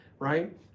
Right